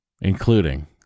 including